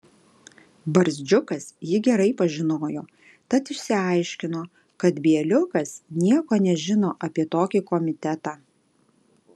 barzdžiukas jį gerai pažinojo tad išsiaiškino kad bieliukas nieko nežino apie tokį komitetą